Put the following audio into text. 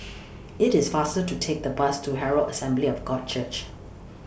IT IS faster to Take The Bus to Herald Assembly of God Church